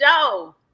show